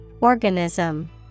Organism